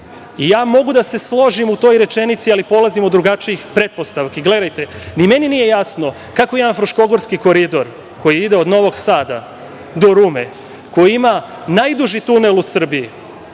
Mogu da se složim u toj rečenici, ali polazim od drugačijih pretpostavki. Gledajte, ni meni nije jasno kako jedan Fruškogorski koridor, koji ide od Novog Sada do Rume, koji ima najduži tunel u Srbiji,